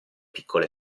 piccole